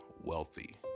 wealthy